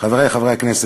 חברי חברי הכנסת,